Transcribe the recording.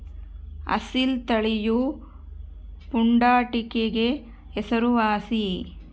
ಅಸೀಲ್ ತಳಿಯು ಪುಂಡಾಟಿಕೆಗೆ ಹೆಸರುವಾಸಿ